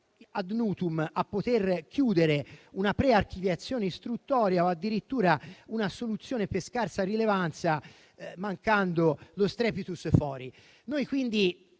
*ad nutum* a poter chiudere una prima archiviazione istruttoria o addirittura una soluzione per scarsa rilevanza, mancando lo *strepitus fori*.